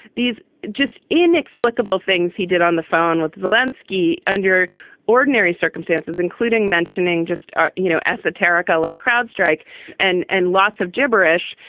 these just inexplicable things he did on the phone with zelinsky under ordinary circumstances, including mentioning just, you know, esoterica like crowdstrike and and lots of gibberish.